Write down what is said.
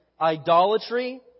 idolatry